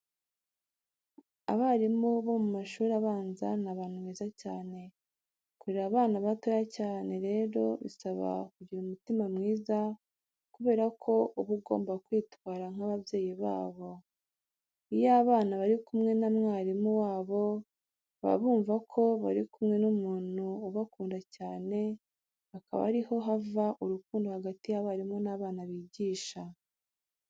Abarimu bo mu mashuri abanza ni abantu beza cyane. Kurera abana batoya cyane rero bisaba kugira umutima mwiza kubera ko uba ugomba kwitwara nk'ababyeyi babo. Iyo abana bari kumwe na mwarimu wabo baba bumva ko bari kumwe n'umuntu ubakunda cyane, akaba ariho hava urukundo hagati y'abarimu n'abana bigisha.